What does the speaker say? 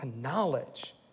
knowledge